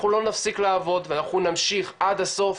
אנחנו לא נפסיק לעבוד ואנחנו נמשיך עד הסוף,